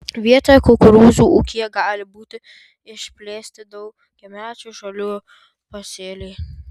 vietoje kukurūzų ūkyje gali būti išplėsti daugiamečių žolių pasėliai